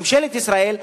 ממשלת ישראל,